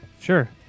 Sure